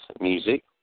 music